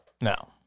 no